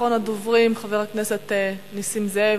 אחרון הדוברים, חבר הכנסת נסים זאב.